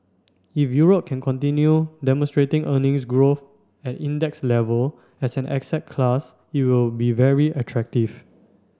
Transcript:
if Europe can continue demonstrating earnings growth at index level as an asset class it will be very attractive